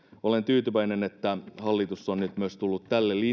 olen tyytyväinen että hallitus on nyt myös tullut tälle linjalle